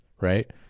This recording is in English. right